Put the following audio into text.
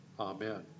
Amen